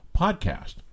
podcast